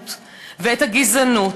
האלימות ואת הגזענות,